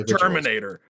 Terminator